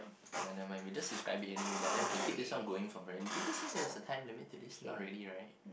okay never mind we just describe it anyway lah then we can keep this one going from whe~ did he say there was a time limit to this not really right